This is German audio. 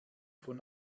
von